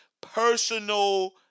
personal